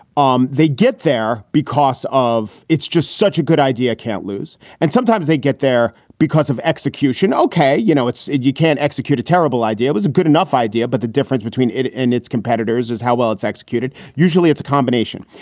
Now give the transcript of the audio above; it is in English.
um they get there because of it's just such a good idea. can't lose. and sometimes they get there because of execution. ok. you know, you can't execute a terrible idea was a good enough idea. but the difference between it and its competitors is how well it's executed. usually it's a combination.